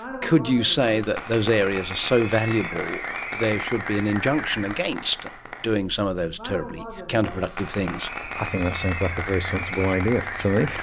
could you say that those areas are so valuable there should be an injunction against doing some of those terribly counter-productive things. i think that sounds like a very sensible idea to me.